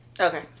Okay